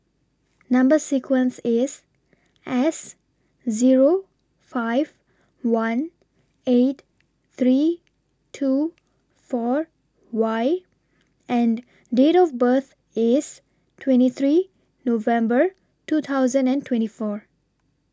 Number sequence IS S Zero five one eight three two four Y and Date of birth IS twenty three November two thousand and twenty four